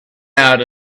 out